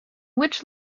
which